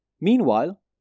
Meanwhile